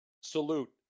salute